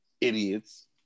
idiots